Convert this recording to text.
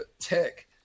Tech